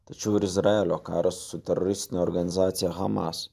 tačiau ir izraelio karas su teroristine organizacija hamas